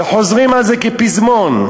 וחוזרים על זה כפזמון,